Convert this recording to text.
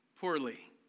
Poorly